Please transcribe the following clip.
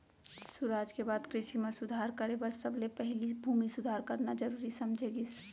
सुराज के बाद कृसि म सुधार करे बर सबले पहिली भूमि सुधार करना जरूरी समझे गिस